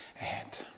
ahead